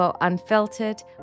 Unfiltered